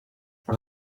ngo